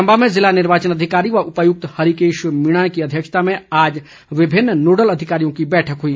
चंबा में ज़िला निर्वाचन अधिकारी व उपायुक्त हरीकेश मीणा की अध्यक्षता में आज विभिन्न नोडल अधिकारियों की बैठक हई